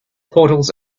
portals